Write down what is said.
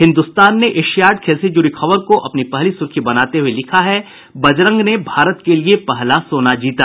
हिन्दुस्तान ने एशियाड खेल से जुड़ी खबर को अपनी पहली सुर्खी बनाते हुये लिखा है बजरंग ने भारत के लिए पहला सोना जीता